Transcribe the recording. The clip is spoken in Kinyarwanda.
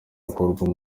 bikorwa